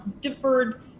deferred